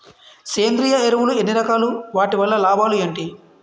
సేంద్రీయ ఎరువులు ఎన్ని రకాలు? వాటి వల్ల లాభాలు ఏంటి?